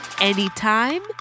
anytime